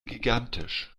gigantisch